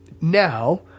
Now